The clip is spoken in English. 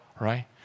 Right